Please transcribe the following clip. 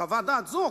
חוות דעת זו,